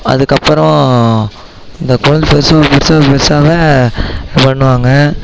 அதுக்கு அப்பறம் இந்த கொழந்தை பெருசாக பெருசாக பெருசாக பண்ணுவாங்க